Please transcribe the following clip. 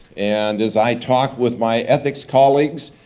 and as i talk with my ethics colleagues,